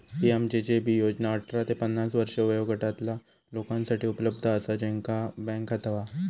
PMJJB योजना अठरा ते पन्नास वर्षे वयोगटातला लोकांसाठी उपलब्ध असा ज्यांचा बँक खाता हा